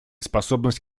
способность